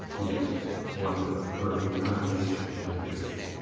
yes. one with a firm foundation under it.